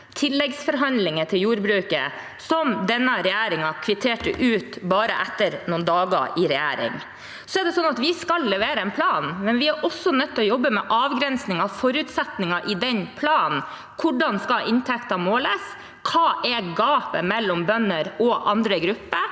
tilleggsforhandlinger til jordbruket, som denne regjeringen kvitterte ut etter bare noen dager i regjering. Så skal vi levere en plan, men vi er også nødt til å jobbe med avgrensninger og forutsetninger i den planen: Hvordan skal inntekter måles? Hva er gapet mellom bønder og andre grupper?